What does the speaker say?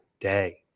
day